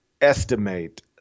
estimate